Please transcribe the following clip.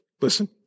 listen